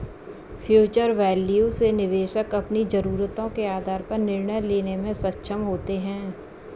future value से निवेशक अपनी जरूरतों के आधार पर निर्णय लेने में सक्षम होते हैं